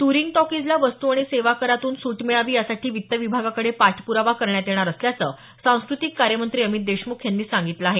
ट्रींग टॉकीजला वस्तू आणि सेवा करातून सूट मिळावी यासाठी वित्त विभागाकडे पाठप्रावा करण्यात येणार असल्याचं सांस्कृतिक कार्य मंत्री अमित देशमुख यांनी सांगितलं आहे